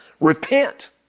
repent